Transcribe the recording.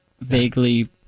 vaguely